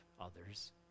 others